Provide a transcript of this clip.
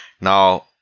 Now